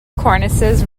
cornices